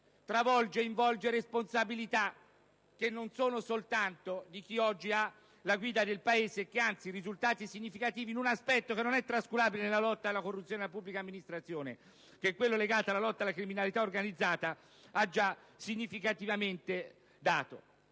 travolge e involge responsabilità che non sono soltanto di chi oggi ha la guida del Paese, che anzi risultati rilevanti, in un aspetto che non è trascurabile nella lotta alla corruzione nella pubblica amministrazione - quello legato alla lotta alla criminalità organizzata - ha già significativamente dato.